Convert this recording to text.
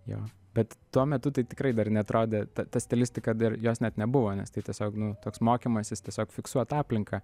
jo bet tuo metu tai tikrai dar neatrodė ta ta stilistika dar jos net nebuvo nes tai tiesiog nu toks mokymasis tiesiog fiksuot aplinką